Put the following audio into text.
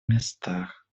местах